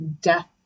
death